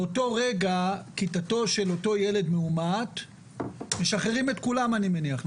באותו הרגע כיתתו של אותו הילד המאומת משחררים את כולם אני מניח,